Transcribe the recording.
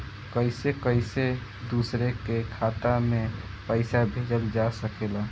कईसे कईसे दूसरे के खाता में पईसा भेजल जा सकेला?